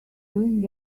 doing